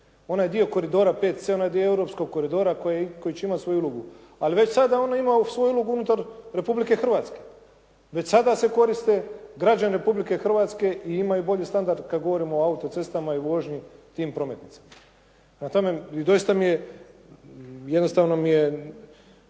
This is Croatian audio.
Ona je dio koridora 5C, ona je dio europskog koridora koji će imati svoju ulogu. Ali već sada ima svoju ulogu unutar Republike Hrvatske. Već sada se koriste građani Republike Hrvatske i imaju bolji standard kada govorimo o autocestama i vožnji tim prometnicima. Prema tome, i dosta mi je jednostavno mi je,